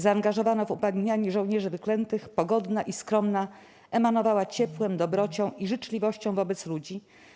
Zaangażowana w upamiętnianie żołnierzy wyklętych, pogodna i skromna, emanowała ciepłem, dobrocią i życzliwością wobec ludzi.